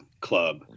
club